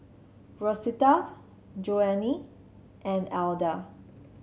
Rosita Joanie and Elda